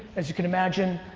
as you can imagine,